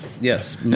yes